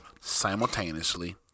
simultaneously